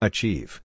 Achieve